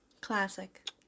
Classic